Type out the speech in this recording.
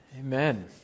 Amen